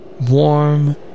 warm